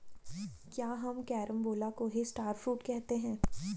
क्या हम कैरम्बोला को ही स्टार फ्रूट कहते हैं?